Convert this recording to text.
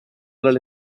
dalle